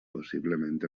possiblement